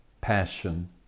passion